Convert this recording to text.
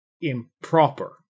improper